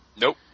Nope